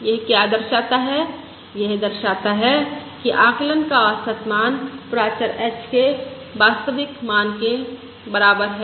यह क्या दर्शाता है यह दर्शाता है कि आकलन का औसत मान प्राचर h के वास्तविक मान के बराबर है